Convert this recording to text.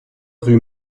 rue